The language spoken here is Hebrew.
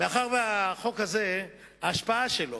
מאחר שהחוק הזה, ההשפעה שלו